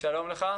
שלום לך.